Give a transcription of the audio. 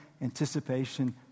anticipation